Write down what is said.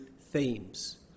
themes